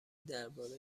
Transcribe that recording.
درباره